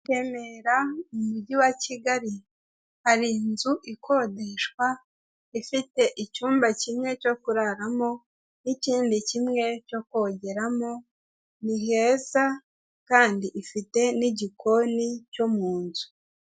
Remera mu mujyi wa kigali hari inzu ikodeshwa ifite icyumba kimwe cyo kuraramo n'ikindi kimwe cyo kongeramo ni heza kandi ifite n'igikoni cyo muzu.